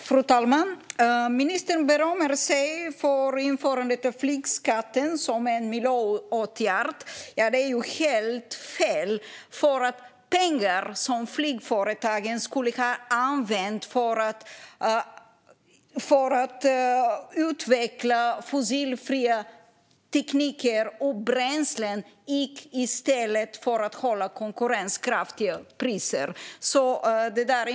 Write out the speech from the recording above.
Fru talman! Ministern berömmer sig för införandet av flygskatten som en miljöåtgärd. Det är helt fel, för pengar som flygföretagen skulle ha använt för att utveckla fossilfria tekniker och bränslen gick i stället till att hålla konkurrenskraftiga priser.